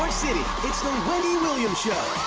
city, it's the wendy williams show!